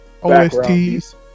OSTs